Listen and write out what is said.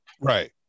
Right